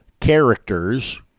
characters